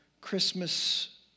Christmas